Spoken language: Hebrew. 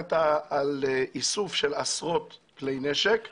דיברת על איסוף של עשרות כלי נשק.